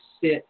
sit